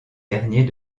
derniers